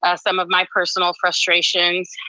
ah some of my personal frustrations,